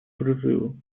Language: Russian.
призыву